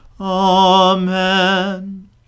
Amen